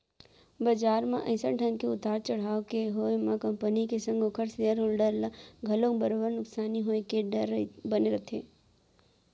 बजार म अइसन ढंग के उतार चड़हाव के होय म कंपनी के संग ओखर सेयर होल्डर ल घलोक बरोबर नुकसानी होय के डर बने रहिथे